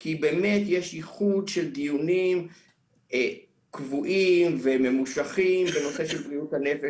כי באמת יש ייחוד של דיונים קבועים וממושכים בנושא של בריאות הנפש